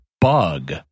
bug